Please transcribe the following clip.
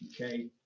Okay